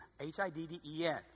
H-I-D-D-E-N